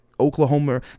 Oklahoma